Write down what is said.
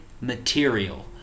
material